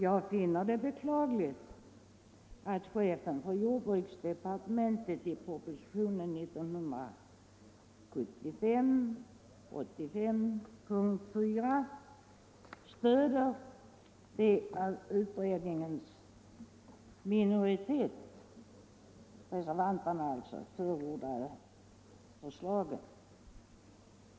Jag finner det beklagligt att chefen för jordbruksdepartementet i propositionen 1975:85 p. 4 stöder de av utredningens minoritet — reservanterna alltså — förordade åtgärderna.